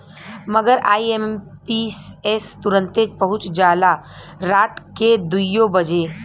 मगर आई.एम.पी.एस तुरन्ते पहुच जाला राट के दुइयो बजे